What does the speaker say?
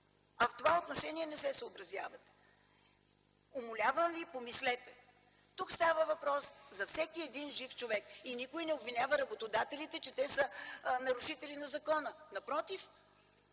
А в това отношение не се съобразяват. Умолявам Ви, помислете! Тук става въпрос за всеки един жив човек. И никой не обвинява работодателите, че те са нарушители на закона. Напротив.